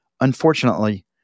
Unfortunately